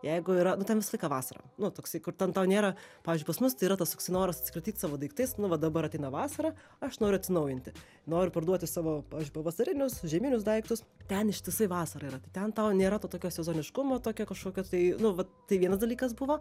jeigu yra nu ten visą laiką vasara nu toksai kur ten tau nėra pavyzdžiui pas mus tai yra tas toks noras atsikratyt savo daiktais nu va dabar ateina vasara aš noriu atsinaujinti noriu parduoti savo pavasarinius žieminius daiktus ten ištisai vasara yra ten tau nėra to tokio sezoniškumo tokio kažkokio tai nu vat tai vienas dalykas buvo